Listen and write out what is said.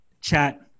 chat